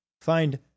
find